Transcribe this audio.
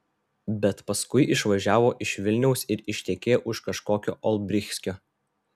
bet paskui išvažiavo iš vilniaus ir ištekėjo už kažkokio olbrychskio